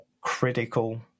critical